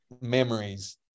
memories